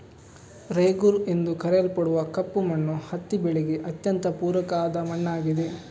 ರೇಗೂರ್ ಎಂದು ಕರೆಯಲ್ಪಡುವ ಕಪ್ಪು ಮಣ್ಣು ಹತ್ತಿ ಬೆಳೆಗೆ ಅತ್ಯಂತ ಪೂರಕ ಆದ ಮಣ್ಣಾಗಿದೆ